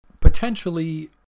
potentially